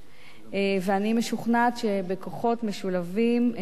ואני משוכנעת שבכוחות משולבים נצליח